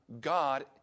God